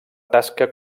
tasca